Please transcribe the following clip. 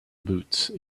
boots